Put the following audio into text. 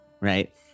right